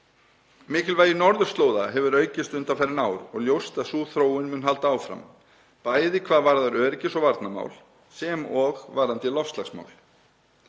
Mikilvægi norðurslóða hefur aukist undanfarin ár og ljóst að sú þróun mun halda áfram, bæði hvað varðar öryggis- og varnarmál sem og varðandi loftslagsmál.